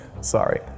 sorry